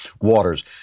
Waters